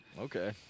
okay